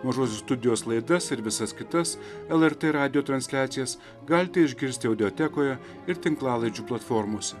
mažosios studijos laidas ir visas kitas lrt radijo transliacijas galite išgirsti audiotekoje ir tinklalaidžių platformose